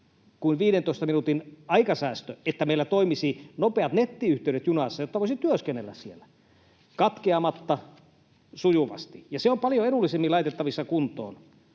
kuin 15 minuutin aikasäästö on se, että meillä toimisivat nopeat nettiyhteydet junassa, jotta voisi työskennellä siellä katkeamatta, sujuvasti, ja se on paljon edullisemmin laitettavissa kuntoon.